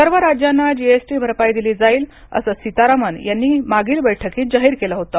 सर्व राज्यांना जीएसटी भरपाई दिली जाईल असं सीतारामन यांनी मागील बैठकीत जाहीर केलं होतं